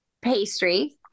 pastry